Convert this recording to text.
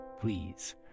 please